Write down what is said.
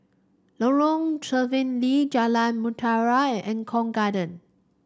Lorong Stephen Lee Jalan Mutiara and Eng Kong Garden